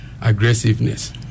aggressiveness